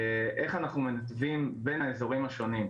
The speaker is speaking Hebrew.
איך אנחנו מנתבים בין האזורים השונים.